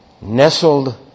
nestled